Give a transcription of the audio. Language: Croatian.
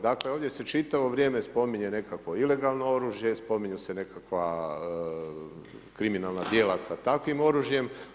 Dakle, ovdje se čitavo vrijeme spominje nekakvo ilegalno oružje, spominju se nekakva kriminalna djela sa takvim oružjem.